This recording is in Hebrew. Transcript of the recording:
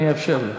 אני אאפשר לך.